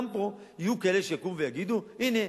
גם פה יהיו כאלה שיגידו: הנה,